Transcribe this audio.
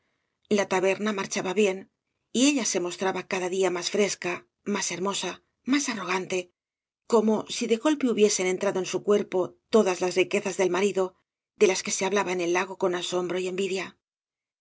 la taberna marchaba bien y ella se mostraba cada día más fresca más hermosa más arrogante como si de golpe hubiesen entrado en su cuerpo todas las riquezas del marido de las que se hablaba en el lago con asombro y envidia